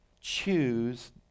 choose